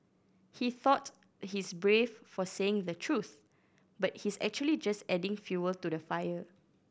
he thought he's brave for saying the truth but he's actually just adding fuel to the fire